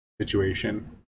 situation